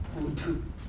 sejuk